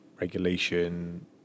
regulation